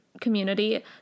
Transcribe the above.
community